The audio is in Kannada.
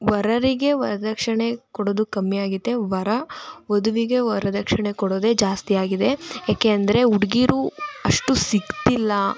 ವರರಿಗೆ ವರದಕ್ಷಿಣೆ ಕೊಡೋದು ಕಮ್ಮಿಯಾಗಿದೆ ವರ ವಧುವಿಗೆ ವರದಕ್ಷಿಣೆ ಕೊಡೋದೇ ಜಾಸ್ತಿ ಆಗಿದೆ ಯಾಕೆ ಅಂದರೆ ಹುಡ್ಗೀರು ಅಷ್ಟು ಸಿಗ್ತಿಲ್ಲ